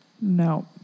No